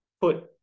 put